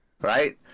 right